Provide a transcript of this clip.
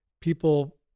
people